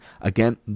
again